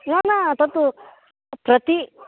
न न तत्तु प्रति